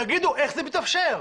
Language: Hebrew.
תגידו איך זה מתאפשר.